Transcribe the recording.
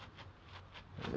!wah!